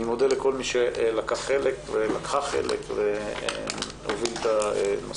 אני מודה לכל מי שלקח חלק ולקחה חלק והובילו את הנושא.